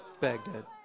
Baghdad